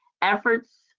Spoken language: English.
efforts